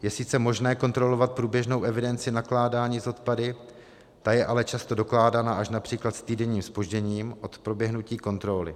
Je sice možné kontrolovat průběžnou evidenci nakládání s odpady, ta je ale často dokládaná až například s týdenním zpožděním od proběhnutí kontroly.